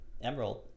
emerald